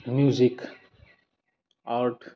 music art